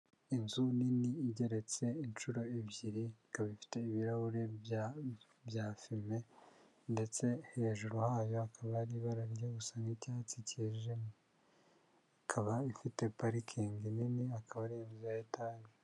Inzu nini igeretse inshuro ebyiri, ikaba ifite ibirahuri bya fime ndetse hejuru hayo hakaba hari ibara rijya gusa nk'icyatsi cyijimye, ikaba ifite parikingi nini akaba ari inzu ya etaje.